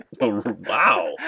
Wow